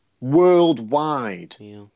worldwide